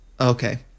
Okay